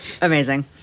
Amazing